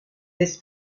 this